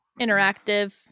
interactive